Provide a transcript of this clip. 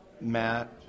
Matt